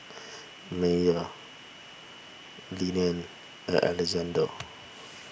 Meyer Llene and Alexande